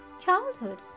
childhood